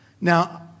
Now